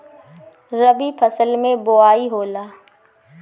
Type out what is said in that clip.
रबी फसल मे बोआई होला?